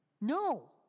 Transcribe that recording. No